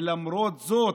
ולמרות זאת,